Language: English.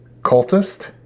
cultist